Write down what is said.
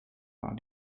war